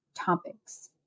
topics